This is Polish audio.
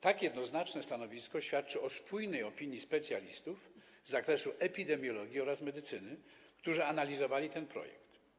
Tak jednoznaczne stanowisko świadczy o spójnej opinii specjalistów z zakresu epidemiologii oraz medycyny, którzy analizowali ten projekt.